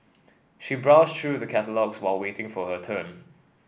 she browsed through the catalogues while waiting for her turn